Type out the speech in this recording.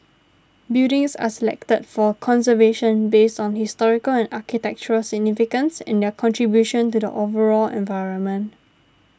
buildings are selected for conservation based on historical and architectural significance and their contribution to the overall environment